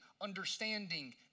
understanding